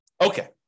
Okay